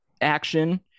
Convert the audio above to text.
action